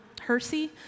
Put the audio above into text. Hershey